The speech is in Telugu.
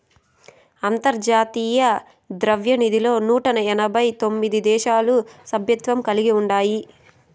అంతర్జాతీయ ద్రవ్యనిధిలో నూట ఎనబై తొమిది దేశాలు సభ్యత్వం కలిగి ఉండాయి